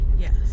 Yes